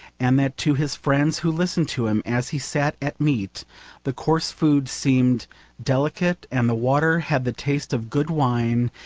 and that to his friends who listened to him as he sat at meat the coarse food seemed delicate, and the water had the taste of good wine,